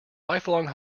lifelong